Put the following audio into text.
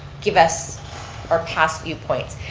give us our past viewpoints,